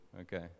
okay